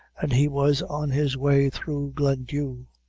and he was on his way through glendhu.